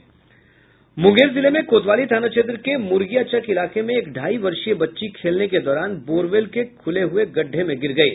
मुंगेर जिले में कोतवाली थाना क्षेत्र के मुर्गियाचक इलाके में एक ढ़ाई वर्षीय बच्ची खेलने के दौरान बोरवेल के खुले हुए गड्ढ़े में गिर गयी